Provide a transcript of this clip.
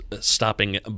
stopping